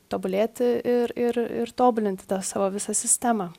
tobulėti ir ir ir tobulinti tą savo visą sistemą